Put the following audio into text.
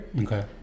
Okay